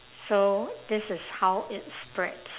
so this is how it spreads